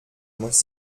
muss